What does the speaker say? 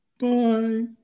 Bye